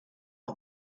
not